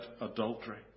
adultery